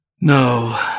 No